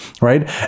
right